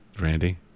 Randy